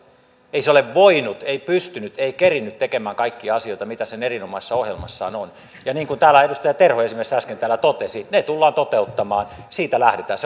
ei se ole voinut ei pystynyt ei kerinnyt tekemään kaikkia asioita mitä sen erinomaisessa ohjelmassa on ja niin kuin täällä esimerkiksi edustaja terho äsken totesi ne tullaan toteuttamaan siitä lähdetään